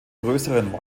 größeren